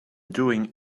doing